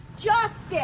Justice